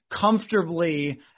comfortably